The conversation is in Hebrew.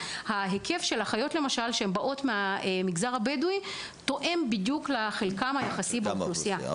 ההיקף של אחיות שבאות מהמגזר הבדואי תואם בדיוק לחלקן היחסי באוכלוסייה.